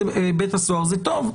זה טוב.